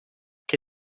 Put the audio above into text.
che